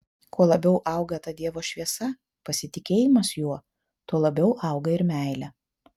kuo labiau auga ta dievo šviesa pasitikėjimas juo tuo labiau auga ir meilė